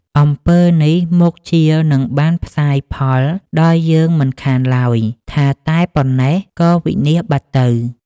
អំពើនេះមុខជានឹងបានផ្សាយផលដល់យើងមិនខានឡើយ” ថាតែប៉ុណ្ណេះ ក៏វិនាសបាត់ទៅ ។